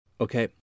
Okay